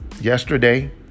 yesterday